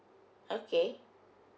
okay